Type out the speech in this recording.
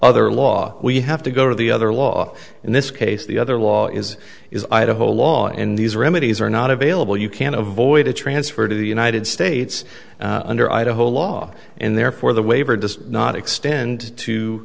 other law we have to go to the other law in this case the other law is is idaho law and these remedies are not available you can't avoid a transfer to the united states and or idaho law and therefore the waiver does not extend to